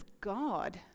God